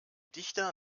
dichter